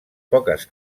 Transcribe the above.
poques